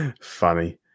funny